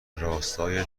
راستای